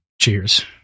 cheers